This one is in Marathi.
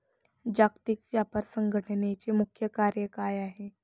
जागतिक व्यापार संघटचे मुख्य कार्य काय आहे?